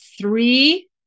three